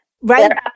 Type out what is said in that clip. right